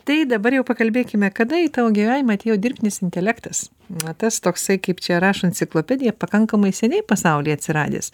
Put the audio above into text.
tai dabar jau pakalbėkime kada į tavo gyvenimą atėjo dirbtinis intelektas na tas toksai kaip čia rašo enciklopedija pakankamai seniai pasauly atsiradęs